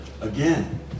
again